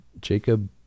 Jacob